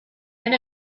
and